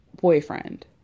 boyfriend